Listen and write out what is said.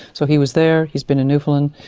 so he was there, he's been in newfoundland,